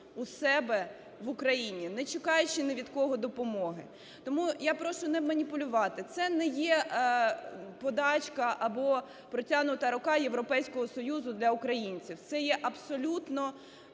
в себе в Україні, не чекаючи ні від кого допомоги. Тому я прошу не маніпулювати. Це не є подачка або протягнута рука Європейського Союзу для українців, це є абсолютно